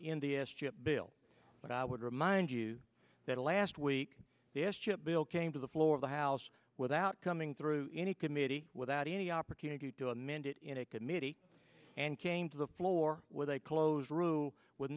in the s chip bill but i would remind you that last week the s chip bill came to the floor of the house without coming through any committee without any opportunity to amend it in a committee and came to the floor with a closed room with